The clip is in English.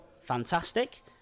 fantastic